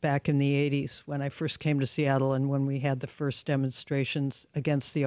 back in the eighty's when i first came to seattle and when we had the first demonstrations against the